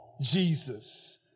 Jesus